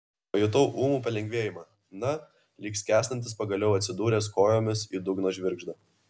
pajutau ūmų palengvėjimą na lyg skęstantis pagaliau atsidūręs kojomis į dugno žvirgždą